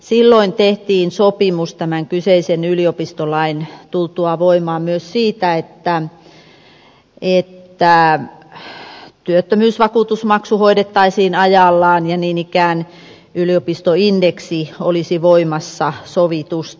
silloin tehtiin sopimus tämän kyseisen yliopistolain tultua voimaan myös siitä että työttömyysvakuutusmaksu hoidettaisiin ajallaan ja niin ikään yliopistoindeksi olisi voimassa sovitusti